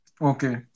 Okay